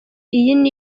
iyi